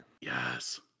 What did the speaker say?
Yes